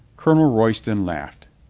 colonel royston laughed.